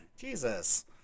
Jesus